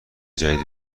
جدیدی